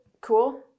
cool